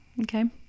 Okay